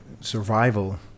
survival